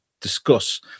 discuss